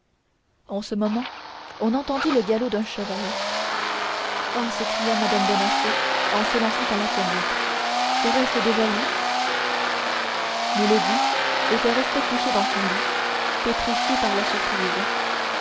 en ce moment on entendit le galop d'un cheval oh s'écria mme bonacieux en s'élançant à la fenêtre serait-ce déjà lui milady était restée dans son lit pétrifiée par la surprise